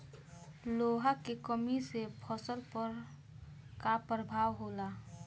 लोहा के कमी से फसल पर का प्रभाव होला?